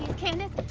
candace.